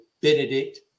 Benedict